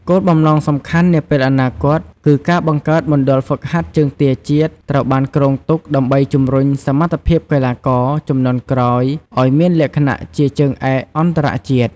គោលបំណងសំខាន់នាពេលអនាគតគឺការបង្កើតមណ្ឌលហ្វឹកហាត់ជើងទាជាតិត្រូវបានគ្រោងទុក ដើម្បីជម្រុញសមត្ថភាពកីឡាករជំនាន់ក្រោយឲ្យមានលក្ខណៈជាជើងឯកអន្តរជាតិ។